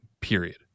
period